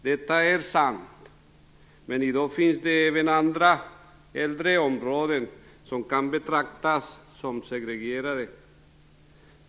Detta är sant. Men i dag finns det även andra, äldre områden som kan betraktas som segregerade.